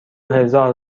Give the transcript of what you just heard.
هزار